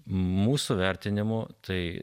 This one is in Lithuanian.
mūsų vertinimu tai